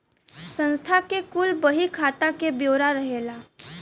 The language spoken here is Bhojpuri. संस्था के कुल बही खाता के ब्योरा रहेला